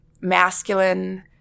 masculine